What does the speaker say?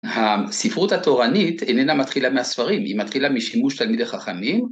הספרות התורנית איננה מתחילה מהספרים, היא מתחילה משימוש תלמידי חכמים.